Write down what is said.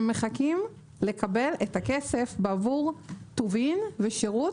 שמחכים לקבל את הכסף עבור טובין ושירות